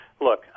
Look